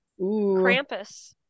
Krampus